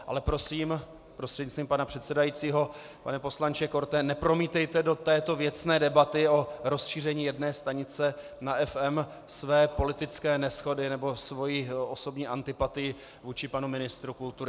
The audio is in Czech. Ale prosím, prostřednictvím pana předsedajícího pane poslanče Korte, nepromítejte do této věcné debaty o rozšíření jedné stanice na FM své politické neshody nebo svoji osobní antipatii vůči panu ministru kultury.